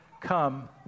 come